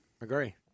Agree